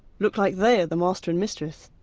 look like they are the master and mistress,